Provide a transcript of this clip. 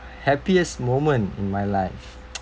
happiest moment in my life